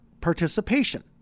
participation